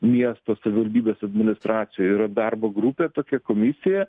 miesto savivaldybės administracijoj yra darbo grupė tokia komisija